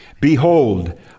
behold